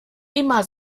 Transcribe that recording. immer